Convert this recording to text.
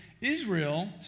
Israel